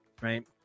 right